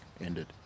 ended